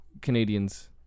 Canadians